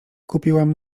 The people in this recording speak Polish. kupiłam